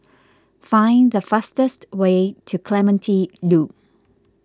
find the fastest way to Clementi Loop